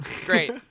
Great